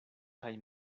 kaj